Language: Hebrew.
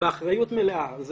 באחריות מלאה.